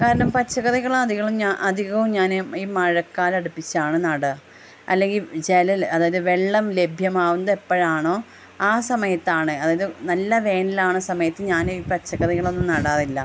കാരണം പച്ചക്കറികളാധികളും അധികവും ഞാന് ഈ മഴക്കാലം അടുപ്പിച്ചാണ് നടുക അല്ലെങ്കില് ജലം അതായത് വെള്ളം ലഭ്യമാവുന്ന എപ്പഴാണോ ആ സമയത്താണ് അതായത് നല്ല വേനലാവണ സമയത്ത് ഞാന് പച്ചക്കറികളൊന്നും നടാറില്ല